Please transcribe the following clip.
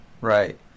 right